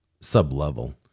sub-level